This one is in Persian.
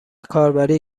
کاربری